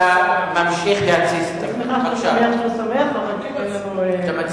כדי לשמח, חבר הכנסת אקוניס, אתה ממשיך להתסיס.